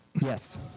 Yes